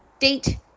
date